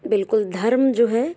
बिल्कुल धर्म जो है